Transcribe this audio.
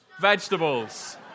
Vegetables